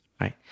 Right